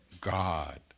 God